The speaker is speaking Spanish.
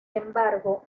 embargo